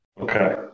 Okay